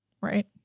Right